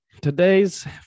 today's